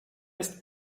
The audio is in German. ist